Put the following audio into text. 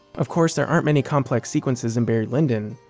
of course, there aren't many complex sequences in barry lyndon,